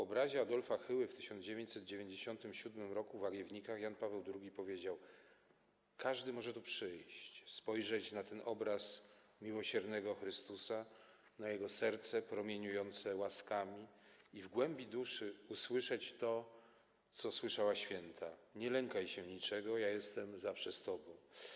O obrazie Adolfa Hyły w 1997 r. w Łagiewnikach Jan Paweł II powiedział: Każdy może tu przyjść, spojrzeć na ten obraz miłosiernego Chrystusa, na jego serce promieniujące łaskami i w głębi duszy usłyszeć to, co słyszała święta - nie lękaj się niczego, ja jestem zawsze z tobą.